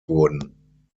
wurden